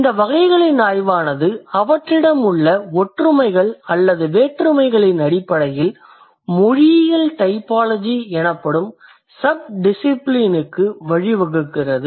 இந்த வகைகளின் ஆய்வானது அவற்றிடம் உள்ள ஒற்றுமைகள் அல்லது வேற்றுமைகளின் அடிப்படையில் மொழியியல் டைபாலஜி எனப்படும் சப்டிசிபிலினுக்கு வழிவகுக்கிறது